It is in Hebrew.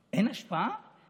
אין השפעה על תקני כוח אדם.